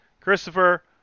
christopher